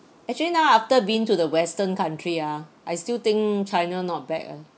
actually now after been to the western country ah I still think china not bad eh